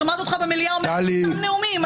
שומעת אותך במליאה אומר את אותם נאומים,